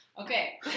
Okay